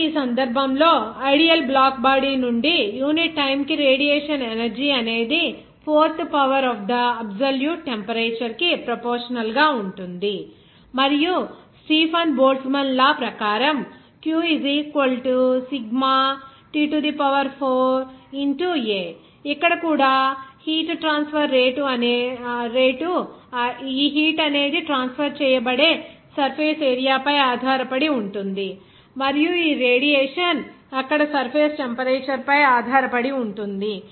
కాబట్టి ఈ సందర్భంలో ఐడియల్ బ్లాక్ బాడీ నుండి యూనిట్ టైమ్ కి రేడియేషన్ ఎనర్జీ అనేది fourth power of the absolute temperature కి ప్రోపోర్షనల్ గా ఉంటుంది మరియు స్టీఫన్ బోల్ట్జ్మాన్ లా ప్రకారం q σ T4 A ఇక్కడ కూడా ఈ హీట్ ట్రాన్స్ఫర్ రేటు ఈ హీట్ అనేది ట్రాన్స్ఫర్ చేయబడే సర్ఫేస్ ఏరియా పై ఆధారపడి ఉంటుంది మరియు ఈ రేడియేషన్ అక్కడ సర్ఫేస్ టెంపరేచర్ పై ఆధారపడి ఉంటుంది